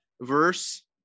verse